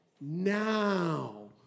Now